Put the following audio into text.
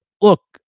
Look